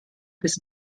bis